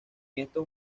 estos